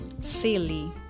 silly